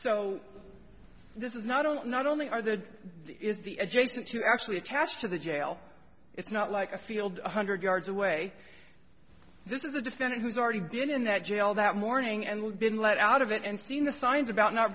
so this is not only not only are the is the adjacent to actually attached to the jail it's not like a field one hundred yards away this is a defendant who's already been in that jail that morning and we've been let out of it and seen the signs about not